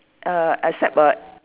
err except a